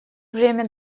время